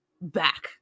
back